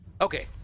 Okay